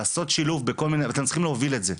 לעשות שילוב, ואתם צריכים להוביל את זה.